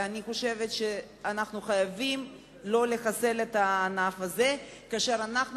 אנחנו חייבים שלא לחסל את הענף הזה כאשר אנחנו